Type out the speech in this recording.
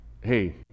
hey